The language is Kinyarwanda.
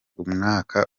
umwaka